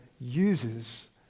uses